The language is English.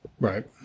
right